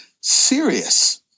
serious